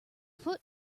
foot